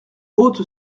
haute